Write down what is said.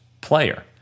player